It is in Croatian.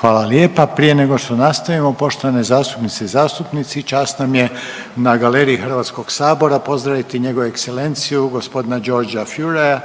Hvala lijepa. Prije nego što nastavimo poštovane zastupnice i zastupnici čast nam je na galeriji HS pozdraviti njegovu ekscelenciju g. Georga Fureya,